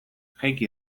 jaiki